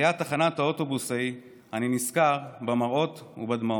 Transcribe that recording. ליד תחנת האוטובוס ההיא אני נזכר במראות ובדמעות.